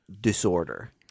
disorder